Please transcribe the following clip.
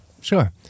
Sure